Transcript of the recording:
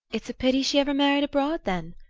it's a pity she ever married abroad then,